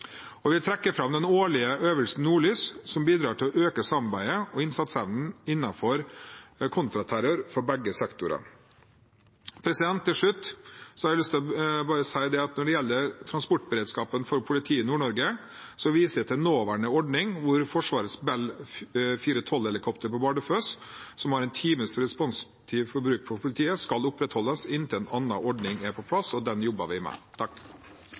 nivå. Jeg vil trekke fram den årlige øvelsen Nordlys som bidrar til å øke samarbeidet og innsatsevnen innenfor kontraterror for begge sektorer. Til slutt har jeg lyst til å si at når det gjelder transportberedskapen for politiet i Nord-Norge, viser jeg til nåværende ordning hvor Forsvarets Bell 412-helikopter på Bardufoss som har en times responstid for bruk for politiet, skal opprettholdes inntil en annen ordning er på plass, og den jobber vi med.